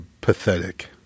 pathetic